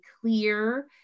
clear